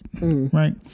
right